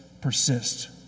persist